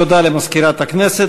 תודה למזכירת הכנסת.